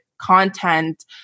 Content